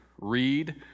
read